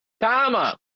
Tama